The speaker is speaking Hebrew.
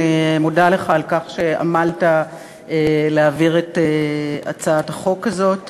אני מודה לך על כך שעמלת להעביר את הצעת החוק הזאת